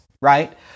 Right